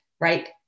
right